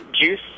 juice